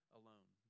alone